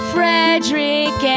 Frederick